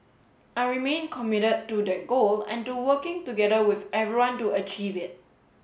I remain committed to that goal and to working together with everyone to achieve it